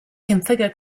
configure